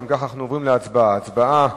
אנחנו עוברים להצבעה.